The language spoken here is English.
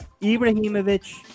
Ibrahimovic